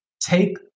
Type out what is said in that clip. take